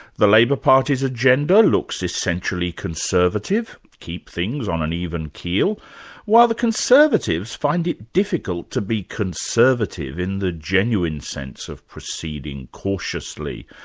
the labor party's agenda looks essentially conservative keep things on an even keel while the conservatives find it difficult to be conservative in the genuine sense of proceeding cautiously,